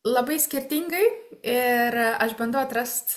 labai skirtingai ir aš bandau atrast